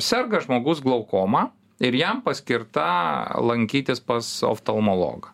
serga žmogus glaukoma ir jam paskirta lankytis pas oftalmologą